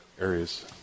areas